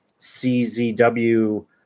CZW